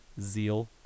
zeal